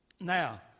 Now